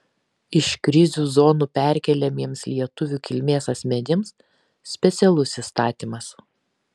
iš krizių zonų perkeliamiems lietuvių kilmės asmenims specialus įstatymas